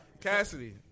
Cassidy